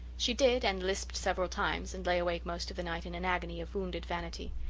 she did, and lisped several times, and lay awake most of the night in an agony of wounded vanity.